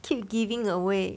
keep giving away